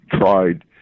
tried